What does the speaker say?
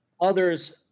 others